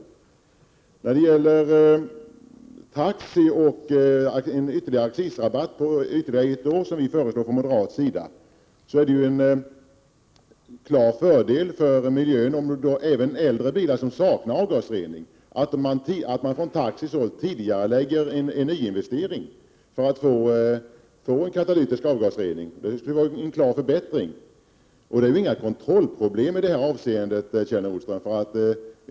Vi har från moderat håll föreslagit att den nuvarande accisrabatten för taxibilar skall kvarstå ytterligare ett år. Det är en klar fördel för miljön om taxiägarna tidigarelägger en nyinvestering och byter ut äldre bilar som saknar avgasrening till nya bilar med katalytisk avgasrening. Det vore en klar förbättring. Det uppstår inga kontrollproblem i detta avseende, Kjell Nordström.